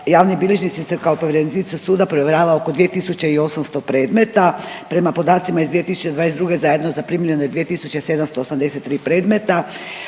javni bilježnicima se kao povjerenicima suda povjerava oko 2.800 predmeta. Prema podacima iz 2022. zajedno zaprimljene 2.783 predmeta